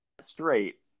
straight